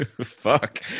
Fuck